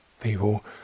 People